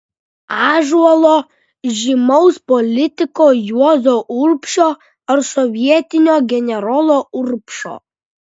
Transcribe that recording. ąžuolo žymaus politiko juozo urbšio ar sovietinio generolo urbšo